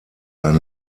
ein